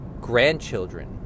grandchildren